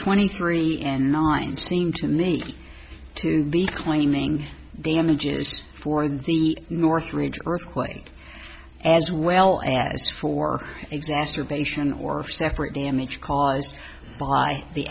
twenty three in mind seem to me to be claiming damages for the northridge earthquake as well as for exacerbation or separate damage caused by the